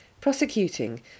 Prosecuting